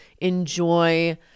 enjoy